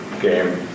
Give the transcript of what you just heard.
game